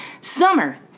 Summer